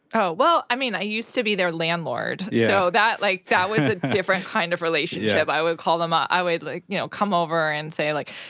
oh. well, i mean, i used to be their landlord, yeah so, like, that was a different kind of relationship. i would call them. ah i would, like, you know, come over and say, like,